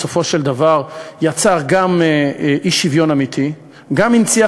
בסופו של דבר גם יצר אי-שוויון אמיתי וגם הנציח